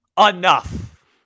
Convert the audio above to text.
Enough